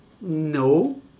no